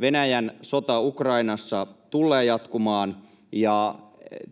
Venäjän sota Ukrainassa tullee jatkumaan, ja